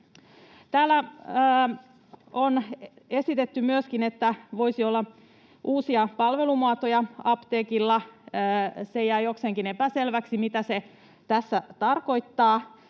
Täällä on esitetty myöskin, että apteekilla voisi olla uusia palvelumuotoja. Se jää jokseenkin epäselväksi, mitä se tässä tarkoittaa,